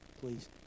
please